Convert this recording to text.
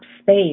space